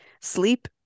Sleep